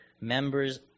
members